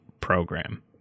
program